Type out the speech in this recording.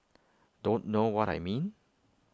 don't know what I mean